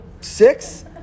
six